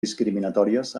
discriminatòries